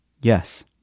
Yes